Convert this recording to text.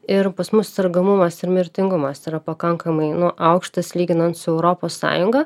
ir pas mus sergamumas ir mirtingumas yra pakankamai aukštas lyginant su europos sąjunga